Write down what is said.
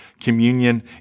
communion